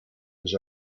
was